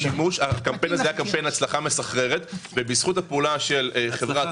הקמפיין הצליח בצורה מסחררת ובזכות הפעולה של חברת